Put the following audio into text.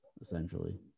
essentially